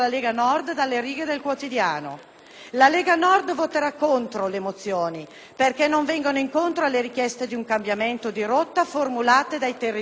La Lega Nord voterà contro le mozioni, perché non vengono incontro alle richieste di un cambiamento di rotta formulate dai territori ad alta immigrazione;